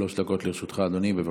שלוש דקות לרשותך, אדוני, בבקשה.